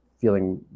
feeling